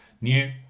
new